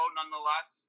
nonetheless